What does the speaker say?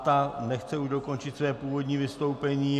Ta nechce už dokončit své původní vystoupení.